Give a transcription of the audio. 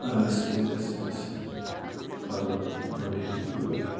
ٲس مےٚ دِژمٕژ پَنٕنۍ بٔڑۍ ہی بٲے